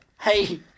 Hey